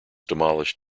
demolished